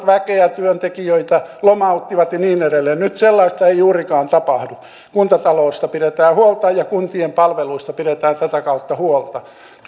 väkeä ja työntekijöitä lomauttivat ja niin edelleen nyt sellaista ei juurikaan tapahdu kuntataloudesta pidetään huolta ja kuntien palveluista pidetään tätä kautta huolta